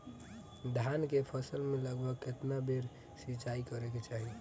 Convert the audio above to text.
धान के फसल मे लगभग केतना बेर सिचाई करे के चाही?